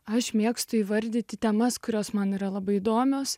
aš mėgstu įvardyti temas kurios man yra labai įdomios